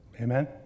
Amen